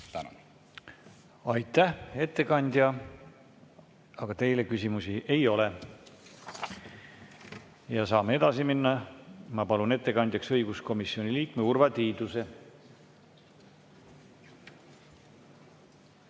Aitäh, ettekandja! Teile küsimusi ei ole. Saame edasi minna. Ma palun ettekandjaks õiguskomisjoni liikme Urve Tiiduse.